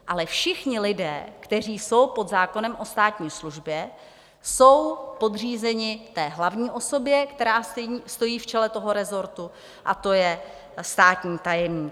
Ale všichni lidé, kteří jsou pod zákonem o státní službě, jsou podřízeni té hlavní osobě, která stojí v čele toho rezortu, a to je státní tajemník.